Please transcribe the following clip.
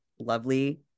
lovely